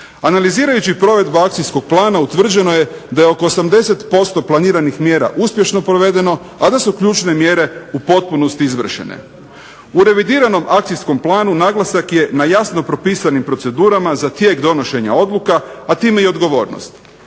Analizirajući provedbu akcijskog plana utvrđeno je da je oko 80% planiranih mjera uspješno provedeno, a da su ključne mjere u potpunosti izvršene. U revidiranom akcijskom planu naglasak je na jasno propisanim procedurama za tijek donošenja odluka, a time i odgovornost.